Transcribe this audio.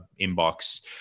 inbox